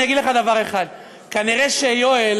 אני אגיד לך דבר אחד: נראה שיואל,